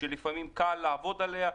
שלפעמים קל לעבוד עליה.